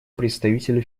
представителю